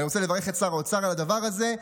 אני רוצה לברך את שר האוצר על הדבר הזה.